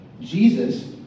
Jesus